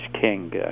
king